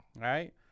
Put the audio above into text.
Right